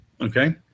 Okay